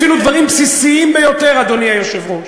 אפילו דברים בסיסיים ביותר, אדוני היושב-ראש,